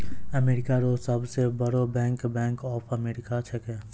America रो सब से बड़ो बैंक बैंक ऑफ अमेरिका छैकै